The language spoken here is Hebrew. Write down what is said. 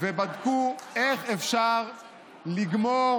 ובדקו איך אפשר לגמור